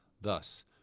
Thus